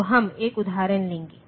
तो हम एक उदाहरण लेंगे